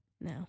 No